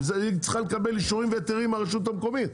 היא צריכה לקבל אישורים והיתרים מהרשות המקומית.